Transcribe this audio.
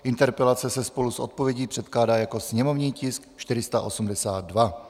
Interpelace se spolu s odpovědí předkládá jako sněmovní tisk 482.